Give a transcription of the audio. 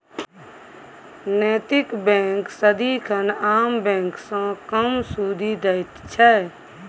नैतिक बैंक सदिखन आम बैंक सँ कम सुदि दैत छै